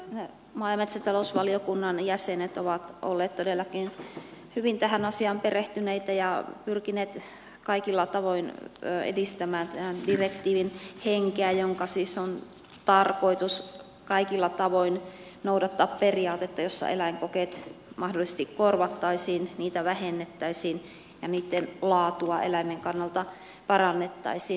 maa ja metsätalousvaliokunnan jäsenet ovat olleet todellakin hyvin tähän asiaan perehtyneitä ja pyrkineet kaikilla tavoin edistämään tämän direktiivin henkeä jonka siis on tarkoitus kaikilla tavoin noudattaa periaatetta jossa eläinkokeet mahdollisesti korvattaisiin niitä vähennettäisiin ja niitten laatua eläimen kannalta parannettaisiin